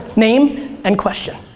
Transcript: name and question.